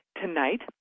Tonight